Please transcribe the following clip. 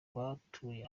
batuye